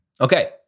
Okay